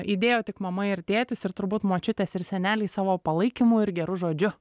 įdėjo tik mama ir tėtis ir turbūt močiutės ir seneliai savo palaikymu ir geru žodžiu